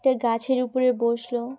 একটা গাছের উপরে বসলো